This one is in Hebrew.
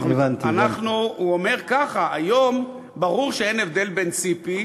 הוא אומר ככה: היום ברור שאין הבדל בין ציפי